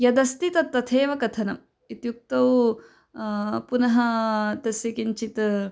यदस्ति तत् तथैव कथनम् इत्युक्तौ पुनः तस्य किञ्चित्